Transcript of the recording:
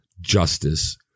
justice